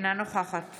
אינה נוכחת